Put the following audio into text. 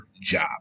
job